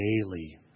daily